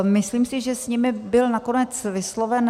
Myslím si, že s nimi byl nakonec vysloven...